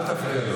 אל תפריע,